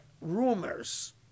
rumors